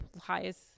highest